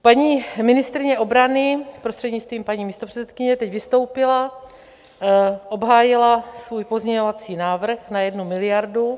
Paní ministryně obrany, prostřednictvím paní místopředsedkyně, teď vystoupila, obhájila svůj pozměňovací návrh na 1 miliardu.